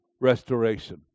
restoration